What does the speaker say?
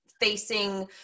facing